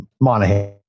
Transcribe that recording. Monahan